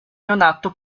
neonato